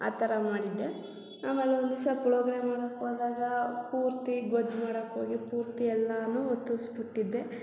ಆ ಥರ ಮಾಡಿದ್ದೆ ಆಮೇಲೆ ಒಂದು ದಿವ್ಸ ಪುಳ್ಯೋಗ್ರೆ ಮಾಡಕ್ಕೆ ಹೋದಾಗ ಪೂರ್ತಿ ಗೊಜ್ಜು ಮಾಡಕ್ಕೆ ಹೋಗಿ ಪೂರ್ತಿ ಎಲ್ಲನೂ ಹೊತ್ತುಸ್ಬುಟ್ಟಿದ್ದೆ